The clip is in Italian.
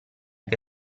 che